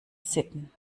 sitten